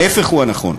ההפך הוא הנכון: